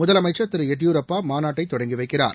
முதலமைச்சர் திரு எடியூரப்பா மாநாட்டை தொடங்கி வைக்கிறார்